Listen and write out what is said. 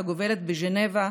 הגובלת בז'נבה,